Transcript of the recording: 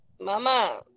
mama